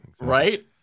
right